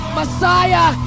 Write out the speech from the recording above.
messiah